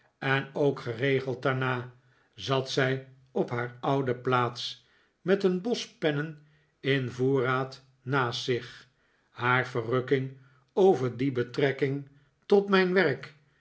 en ook geregeld daarna zat zij op haar oude plaats met een bos pennen in voorraad naast zich haar verrukking over die betrekking tot mijn werk